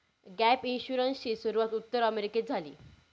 gap इन्शुरन्सची सुरूवात उत्तर अमेरिकेत झाली